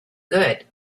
good